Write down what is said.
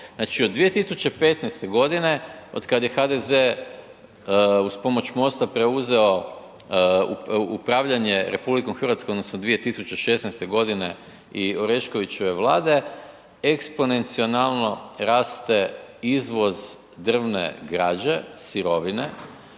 Znači od 2015. g. otkad je HDZ uz pomoć MOST-a preuzeo upravljanje RH odnosno 2016. g. i Oreškovićeve Vlade, eksponencionalno raste izvoz drvne građe, sirovine